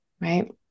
right